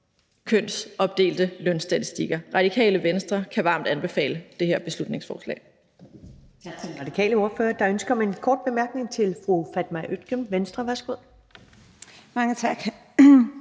kønsopdelte lønstatistikker. Radikale Venstre kan varmt anbefale det her beslutningsforslag.